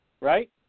right